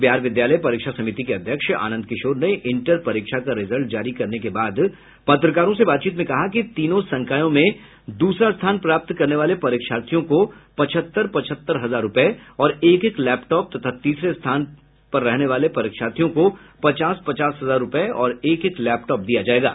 बिहार विद्यालय परीक्षा समिति के अध्यक्ष आनंद किशोर ने इंटर परीक्षा का रिजल्ट जारी करने के बाद पत्रकारों से बातचीत में कहा कि तीनों संकायों में दूसरे स्थान प्राप्त करने वाले परीक्षार्थियों को पचहत्तर पचहत्तर हजार रूपये और एक एक लैपटॉप तथा तीसरे स्थान प्राप्त करने वाले परीक्षार्थियों को पचास पचास हजार रूपये और एक एक लैपटॉप दिये जायेंगे